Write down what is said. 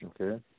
Okay